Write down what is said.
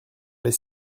les